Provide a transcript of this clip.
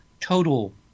total